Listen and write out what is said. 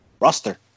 roster